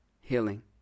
healing